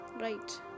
right